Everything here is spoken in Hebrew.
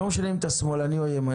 לא משנה אם אתה שמאלני או ימני.